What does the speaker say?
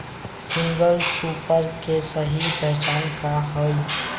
Single super के सही पहचान का हई?